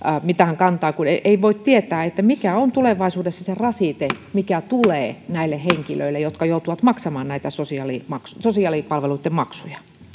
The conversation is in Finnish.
mitään kantaa kun ei ei voi tietää mikä on tulevaisuudessa se rasite mikä tulee näille henkilöille jotka joutuvat maksamaan näitä sosiaalipalveluitten maksuja